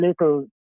little